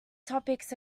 topics